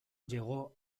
llegó